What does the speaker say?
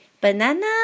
Banana